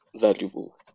valuable